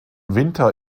winter